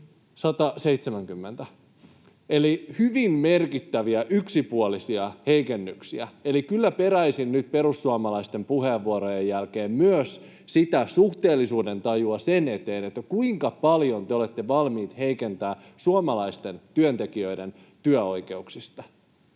nämä ovat hyvin merkittäviä yksipuolisia heikennyksiä. Kyllä peräisin nyt perussuomalaisten puheenvuorojen jälkeen myös sitä suhteellisuudentajua sen eteen, kuinka paljon te olette valmiit heikentämään suomalaisten työntekijöiden työoikeuksia.